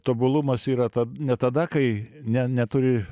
tobulumas yra tad ne tada kai ne neturi